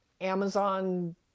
Amazon